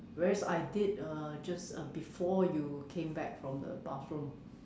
whereas I did uh just uh before you came back from the bathroom